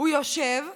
הוא יושב ואומר: